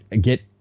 get